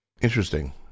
Interesting